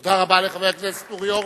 תודה רבה לחבר הכנסת אורי אורבך.